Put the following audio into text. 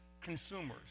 consumers